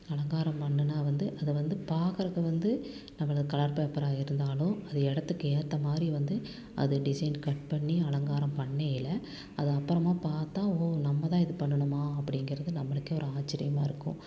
அலங்காரம் பண்ணுனால் வந்து அதை வந்து பார்க்கறக்கு வந்து அது வந்து கலர் பேப்பராக இருந்தாலும் அது இடத்துக்கு ஏற்ற மாதிரி வந்து அது டிஸைன் கட் பண்ணி அலங்காரம் பண்ணயில அது அப்புறமா பார்த்தா ஓ நம்ம தான் இதை பண்ணுனோமா அப்படிங்கிறது நம்மளுக்கே ஒரு ஆச்சரியமா இருக்கும்